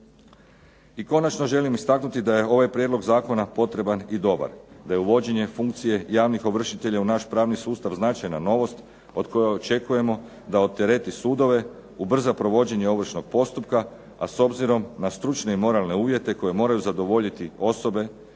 I konačno želim istaknuti da je ovaj prijedlog zakona potreban i dobar, da je uvođenje funkcije javnih ovršitelja u naš pravni sustav značajna novost od koje očekujemo da odtereti sudove, ubrza provođenje ovršnog postupka, a s obzirom na stručne i moralne uvjete koje moraju zadovoljiti osobe